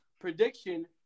prediction